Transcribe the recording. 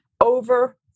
over